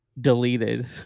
deleted